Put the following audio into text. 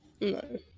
No